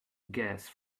gas